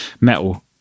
metal